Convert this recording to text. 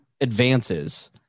advances